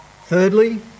Thirdly